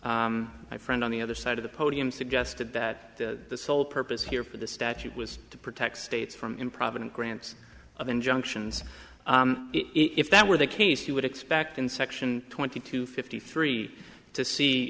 my friend on the other side of the podium suggested that the sole purpose here for the statute was to protect states from improvident grants of injunctions if that were the case you would expect in section twenty two fifty three to see